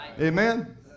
Amen